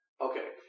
Okay